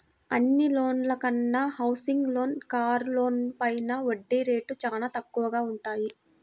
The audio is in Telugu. అన్ని లోన్ల కన్నా హౌసింగ్ లోన్లు, కారు లోన్లపైన వడ్డీ రేట్లు చానా తక్కువగా వుంటయ్యి